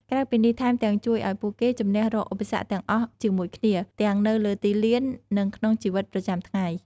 ក្រៅពីនេះ ថែមទាំងជួយឱ្យពួកគេជំនះរាល់ឧបសគ្គទាំងអស់ជាមួយគ្នា ទាំងនៅលើទីលាន និងក្នុងជីវិតប្រចាំថ្ងៃ។